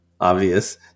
obvious